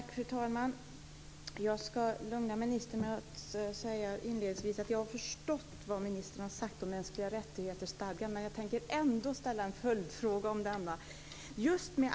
Fru talman! Jag ska inledningsvis lugna ministern med att säga att jag har förstått vad ministern har sagt om stadgan om mänskliga rättigheter. Jag tänker dock ändå ställa en följdfråga om denna.